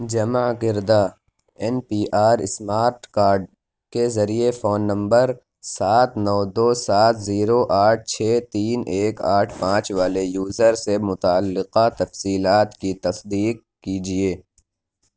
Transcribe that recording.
جمع گردہ N P R smart card کے ذریعے فون نمبر سات نو دو سات زیرو آٹھ چھ تین ایک آٹھ پانچ والے یوزر سے متعلقہ تفصیلات کی تصدیق کیجیے